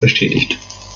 bestätigt